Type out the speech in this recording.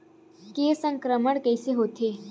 के संक्रमण कइसे होथे?